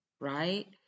right